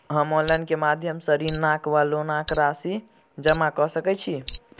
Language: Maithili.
हम ऑनलाइन केँ माध्यम सँ ऋणक वा लोनक राशि जमा कऽ सकैत छी?